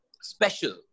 special